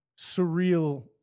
surreal